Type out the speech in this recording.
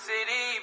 City